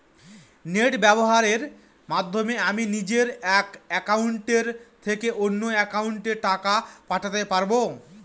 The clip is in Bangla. নেট ব্যবহারের মাধ্যমে আমি নিজে এক অ্যাকাউন্টের থেকে অন্য অ্যাকাউন্টে টাকা পাঠাতে পারব?